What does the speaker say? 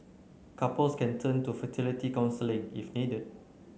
couples can turn to fertility counselling if needed